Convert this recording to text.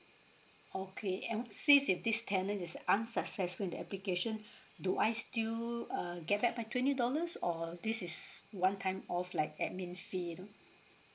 okay I want since that this tenant is unsuccessful in the application do I still uh get back my twenty dollars or this is one time off like admin fee you know